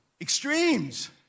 extremes